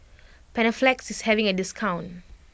Panaflex is having a discount